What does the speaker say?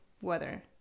weather